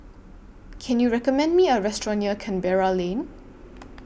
Can YOU recommend Me A Restaurant near Canberra Lane